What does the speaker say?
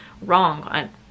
wrong